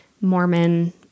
Mormon